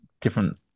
different